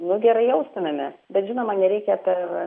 nu gerai jaustumėmės bet žinoma nereikia per